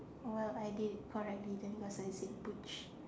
orh then I did correctly then because I said butch